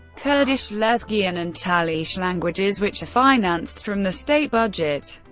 kurdish, lezgian and talysh languages, which are financed from the state budget.